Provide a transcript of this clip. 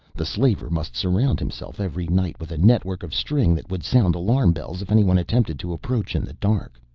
the slaver must surround himself every night with a network of string that would sound alarm bells if anyone attempted to approach in the dark.